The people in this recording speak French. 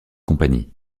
compagnie